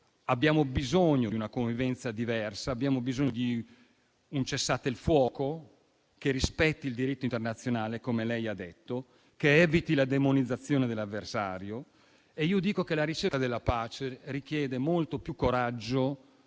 abbiamo bisogno di una convivenza diversa, che abbiamo bisogno di un cessate il fuoco che rispetti il diritto internazionale, come lei ha detto, e che eviti la demonizzazione dell'avversario. Io dico che la ricerca della pace richiede molto più coraggio